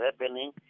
happening